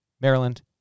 Maryland